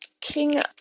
king